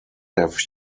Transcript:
have